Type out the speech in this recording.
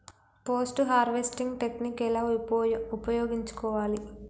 Post harvesting technique ఎలా ఉపయోగించుకోవాలి?